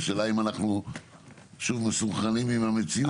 השאלה היא האם אנחנו מסונכרנים עם המציאות?